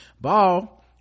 Ball